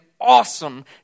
awesome